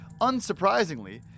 Unsurprisingly